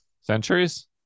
Centuries